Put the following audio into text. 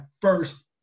first